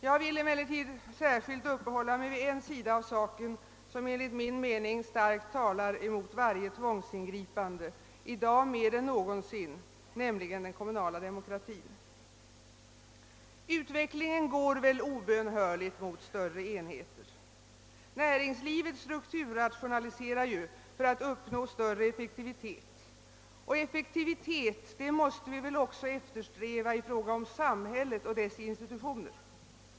Jag vill emellertid särskilt uppehålla mig vid en sida av saken, som enligt min mening starkt talar mot varje tvångsingripande, i dag mer än någonsin, nämligen den kommunala demokratin. Utvecklingen går väl obönhörligt mot större enheter? Näringslivet strukturrationaliserar ju för att uppnå större effektivitet, och effektivitet måste vi väl eftersträva också i fråga om samhället och dess institutioner?